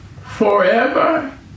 forever